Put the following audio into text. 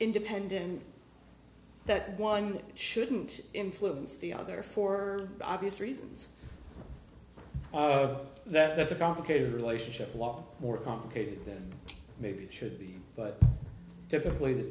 independent that one shouldn't influence the other for obvious reasons that's a complicated relationship law more complicated than maybe it should be but typically the